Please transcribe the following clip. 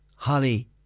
Holly